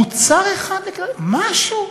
מוצר אחד לכלל, משהו.